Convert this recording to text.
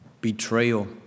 Betrayal